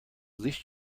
least